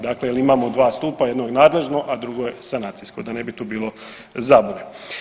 Dakle jel imamo dva stupa jedno nadležno, a drugo je sanacijsko da ne bi tu bilo zabune.